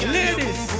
Ladies